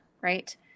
right